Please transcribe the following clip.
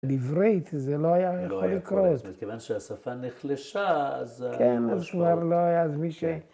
‫לברית זה לא היה יכול לקרות. ‫-לא היה יכול, זאת אומרת, ‫כיוון שהשפה נחלשה, ‫אז... ‫-כן, אז כבר לא היה אז מי ש...